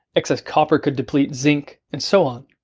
excess copper could deplete zinc and so on.